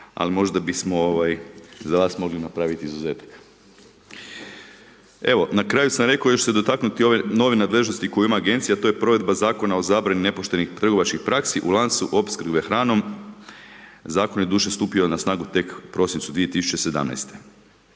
ali možda bismo za vas mogli napraviti izuzetak. Evo, na kraju sam rekao da još ču se dotaknuti ove nove nadležnosti koju ima agencija a to je provedba Zakona o zabrani nepoštenih trgovačkih praksi u lancu opskrbe hranom, zakon je doduše stupio na snagu tek u prosincu 2017.